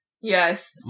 Yes